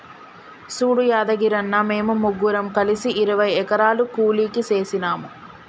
సూడు యాదగిరన్న, మేము ముగ్గురం కలిసి ఇరవై ఎకరాలు కూలికి సేసినాము